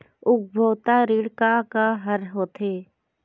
उपभोक्ता ऋण का का हर होथे?